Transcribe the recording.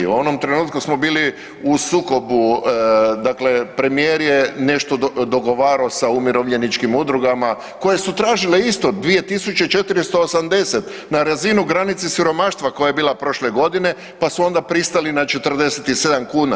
U onom trenutku smo bili u sukobu dakle premijer je nešto dogovarao sa umirovljeničkim udrugama koje su tražile isto 2480 na razinu granice siromaštva koja je bila prošle godine, pa su onda pristali na 47 kuna.